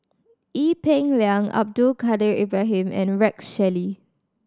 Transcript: Ee Peng Liang Abdul Kadir Ibrahim and Rex Shelley